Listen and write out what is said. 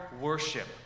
worship